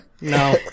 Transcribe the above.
No